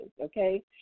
okay